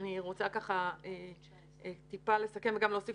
אני רוצה לסכם וגם להוסיף